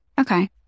Okay